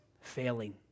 failing